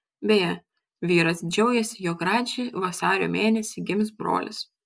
beje vyras džiaugėsi jog radži vasario mėnesį gims brolis